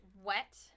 Wet